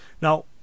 now